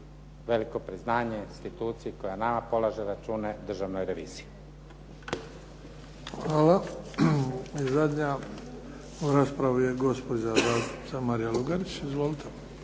veliko priznanje instituciji koja nama polaže račune, Državnoj reviziji. **Bebić, Luka (HDZ)** Hvala. I zadnja u raspravi je gospođa zastupnica Marija Lugarić. Izvolite.